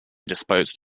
disposed